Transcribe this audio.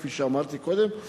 כפי שאמרתי קודם,